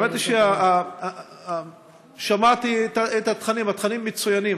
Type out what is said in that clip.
האמת היא ששמעתי את התכנים, והתכנים מצוינים.